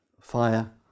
fire